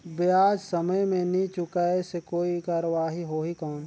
ब्याज समय मे नी चुकाय से कोई कार्रवाही होही कौन?